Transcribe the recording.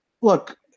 Look